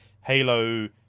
Halo